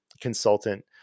consultant